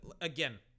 again